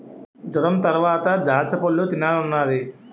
జొరంతరవాత దాచ్చపళ్ళు తినాలనున్నాది